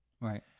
Right